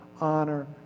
honor